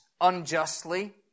unjustly